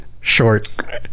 short